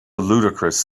ludicrous